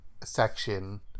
section